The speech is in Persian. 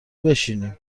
بشینیم